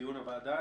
מדיון הוועדה.